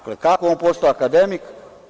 Kako je on postao akademik?